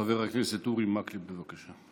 חבר הכנסת אורי מקלב, בבקשה.